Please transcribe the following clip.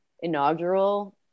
inaugural